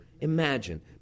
imagine